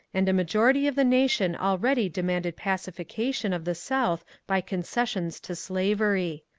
and a majority of the nation already demanded pacification of the south by conces sions to slavery.